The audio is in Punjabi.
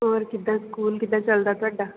ਹੋਰ ਕਿੱਦਾਂ ਸਕੂਲ ਕਿੱਦਾਂ ਚਲਦਾ ਤੁਹਾਡਾ